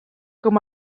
com